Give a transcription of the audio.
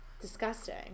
disgusting